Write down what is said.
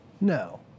No